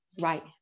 Right